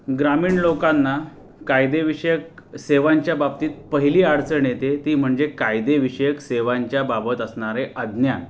ग्रामीण लोकांना कायदेविषयक सेवांच्या बाबतीत पहिली अडचण येते ती म्हणजे कायदेविषयक सेवांच्या बाबत असणारे अज्ञान